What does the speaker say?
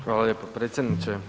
Hvala lijepo predsjedniče.